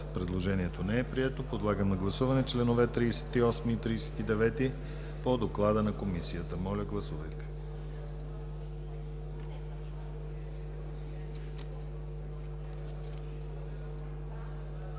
Предложението не е прието. Подлагам на гласуване членове 38 и 39 по Доклада на Комисията. Гласували